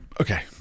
Okay